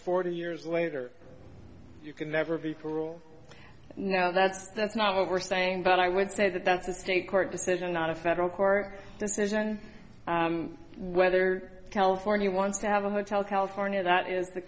forty years later you can never be cool no that's that's not what we're saying but i would say that that's a state court decision not a federal court decision whether california wants to have a hotel california that is the